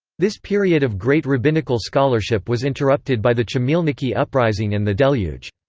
this period of great rabbinical scholarship was interrupted by the chmielnicki uprising and the deluge.